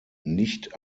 nicht